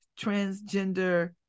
Transgender